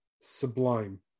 sublime